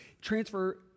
Transfer